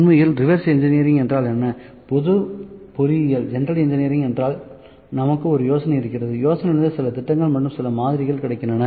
உண்மையில் reverse engineering என்றால் என்ன பொது பொறியியல் என்றால் நமக்கு ஒரு யோசனை இருக்கிறது யோசனையிலிருந்து சில திட்டங்கள் மற்றும் சில மாதிரிகள் கிடைக்கின்றன